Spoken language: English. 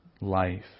life